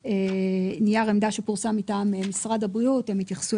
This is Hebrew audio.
בנייר העמדה שפורסם מטעם משרד הבריאות הם התייחסו